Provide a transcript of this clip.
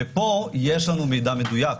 ופה יש לנו מידע מדויק.